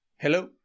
Hello